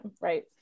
right